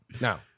Now